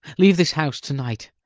leave this house to-night.